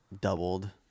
doubled